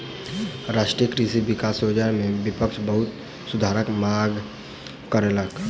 राष्ट्रीय कृषि विकास योजना में विपक्ष बहुत सुधारक मांग कयलक